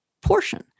portion